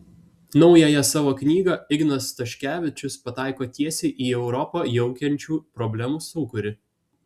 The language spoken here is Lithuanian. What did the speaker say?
naująja savo knyga ignas staškevičius pataiko tiesiai į europą jaukiančių problemų sūkurį